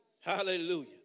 Hallelujah